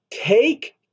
take